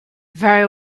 very